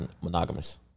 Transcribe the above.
monogamous